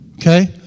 okay